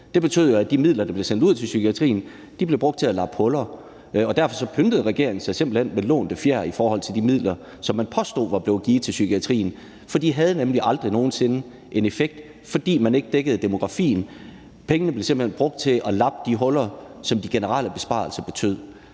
Det betød, at de midler, der blev sendt ud til psykiatrien, blev brugt til at lappe huller. Og derfor pyntede regeringen sig simpelt hen med lånte fjer i forhold til de midler, som man påstod var blevet givet til psykiatrien, for de havde nemlig aldrig nogen sinde en effekt, fordi man ikke dækkede demografien. Pengene blev simpelt hen brugt til at lappe de huller, som de generelle besparelser betød.